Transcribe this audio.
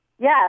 Yes